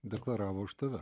deklaravo už tave